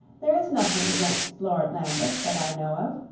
there is nothing against lord lambeth that i know of.